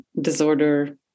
disorder